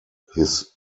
his